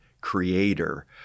creator